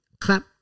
Clap